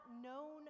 known